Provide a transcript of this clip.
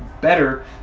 better